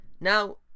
now